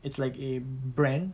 it's like a brand